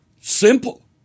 Simple